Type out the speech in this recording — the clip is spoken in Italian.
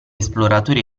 esploratori